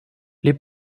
les